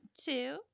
two